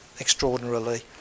extraordinarily